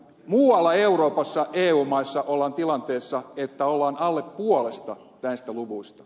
muualla euroopassa eu maissa ollaan tilanteessa että ollaan alle puolessa näistä luvuista